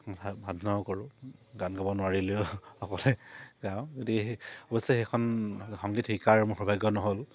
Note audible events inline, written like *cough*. *unintelligible* কৰোঁ গান গাব নোৱাৰিলেও সকলোৱে গাওঁ গতিকে অৱশ্যে সেইকণ সংগীত শিকাৰ মোৰ সৌভাগ্য নহ'ল